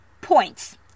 points